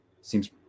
seems